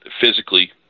physically